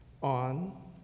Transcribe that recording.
on